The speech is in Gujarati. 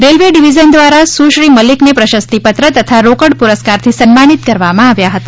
રેલવે ડિવિઝન દ્વારા સુશ્રી મલિકને પ્રશસ્તીપત્ર તથા રોકડ પુરસ્કારથી સન્માનિત કરવામાં આવ્યા હતા